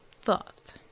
thought